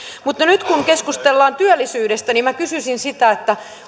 mutta nyt kun keskustellaan työllisyydestä niin minä kysyisin sitä